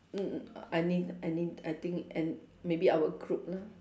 mm I I I think and maybe our group lah